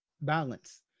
balance